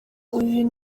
uyu